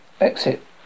Exit